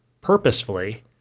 purposefully